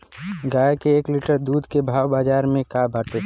गाय के एक लीटर दूध के भाव बाजार में का बाटे?